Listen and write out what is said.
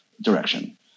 direction